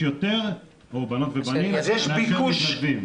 יש יותר מאשר מתנדבים.